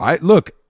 Look